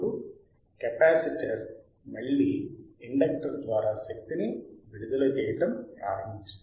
ఇప్పుడు కెపాసిటర్ మళ్ళీ ఇండక్టర్ ద్వారా శక్తి ని విడుదల చేయడం ప్రారంభిస్తుంది